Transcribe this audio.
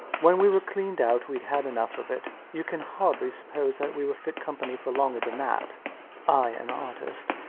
when we were cleaned out, we'd had enough of it you can hardly suppose that we were fit company for longer than that i an artist,